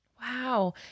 Wow